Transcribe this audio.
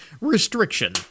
restriction